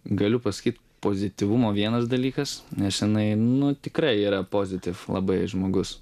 galiu pasakyt pozityvumo vienas dalykas nes jinai nu tikrai yra pozitiv labai žmogus